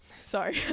Sorry